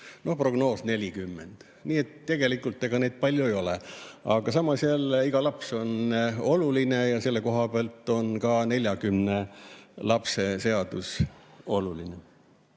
No prognoos on 40. Nii et ega neid palju ei ole. Aga samas jälle, iga laps on oluline ja selle koha pealt on ka 40 lapse seadus oluline.